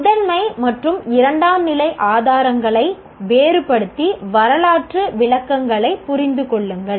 முதன்மை மற்றும் இரண்டாம் நிலை ஆதாரங்களை வேறுபடுத்தி வரலாற்று விளக்கங்களைப் புரிந்து கொள்ளுங்கள்